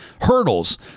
hurdles